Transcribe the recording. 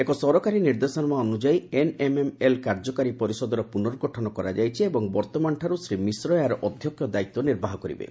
ଏକ ସରକାରୀ ନିର୍ଦ୍ଦେଶନାମା ଅନୁଯାୟୀ ଏନ୍ଏମ୍ଏମ୍ଏଲ୍ କାର୍ଯ୍ୟକାରୀ ପରିଷଦର ପୁନର୍ଗଠନ କରାଯାଇଛି ଏବଂ ବର୍ତ୍ତମାନଠାରୁ ଶ୍ରୀ ମିଶ୍ର ଏହାର ଅଧ୍ୟକ୍ଷତା କରିବେ